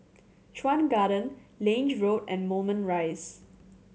Chuan Garden Lange Road and Moulmein Rise